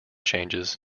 changes